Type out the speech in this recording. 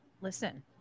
Listen